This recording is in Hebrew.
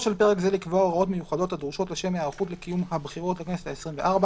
הוראות מיוחדות לעניין הבחירות לכנסת העשרים וארבע